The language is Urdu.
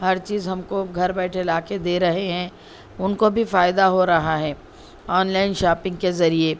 ہر چیز ہم کو گھر بیٹھے لا کے دے رہے ہیں ان کو بھی فائدہ ہو رہا ہے آن لائن شاپنگ کے ذریعے